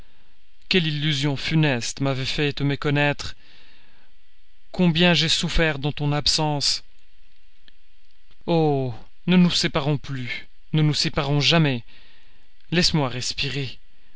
quelle illusion funeste m'avait fait te méconnaître combien j'ai souffert dans ton absence oh ne nous séparons plus ne nous séparons jamais laisse-moi respirer